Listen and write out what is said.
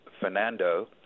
Fernando